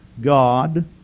God